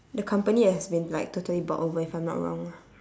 the company has been like totally bought over if I'm not wrong